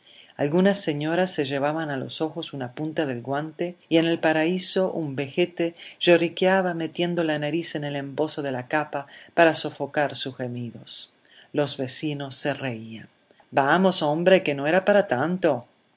algunas señoras se llevaban a los ojos una punta del guante y en el paraíso un vejete lloriqueaba metiendo la nariz en el embozo de la capa para sofocar sus gemidos los vecinos se reían vamos hombre que no era para tanto